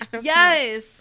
yes